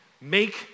Make